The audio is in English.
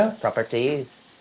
properties